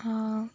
ହଁ